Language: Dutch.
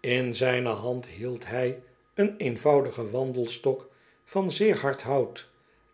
in zijne hand hield hij een eenvoudigen wandelstok van zeer hard hout